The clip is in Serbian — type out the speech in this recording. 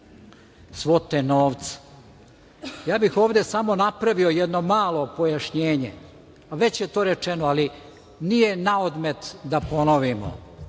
svote novca. Ja bih ovde samo napravio jedno malo pojašnjenje, a već je to rečeno, ali nije na odmet da ponovimo.